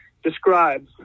describe